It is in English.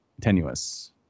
tenuous